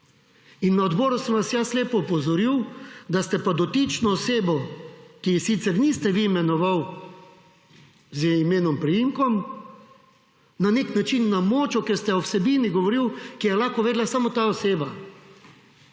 In na odboru sem vas jaz lepo opozoril, da ste pa dotično osebo, ki je sicer niste vi imenoval z imenom, priimkom, na nek način namočil, ker ste o vsebini govoril, ki je lahko vedela samo ta oseba.